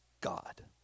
God